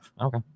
Okay